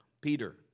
Peter